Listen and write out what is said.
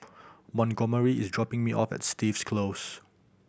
Montgomery is dropping me off at Stevens Close